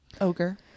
ogre